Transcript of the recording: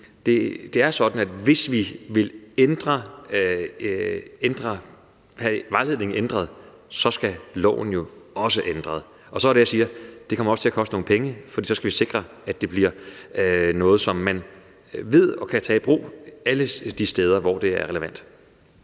det er sådan, at hvis vi vil have vejledningen ændret, skal loven jo også ændres. Og så er det, jeg siger: Det kommer også til at koste nogle penge, for så skal vi sikre, at det bliver noget, som man ved og kan tage i brug alle de steder, hvor det er relevant.